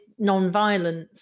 nonviolence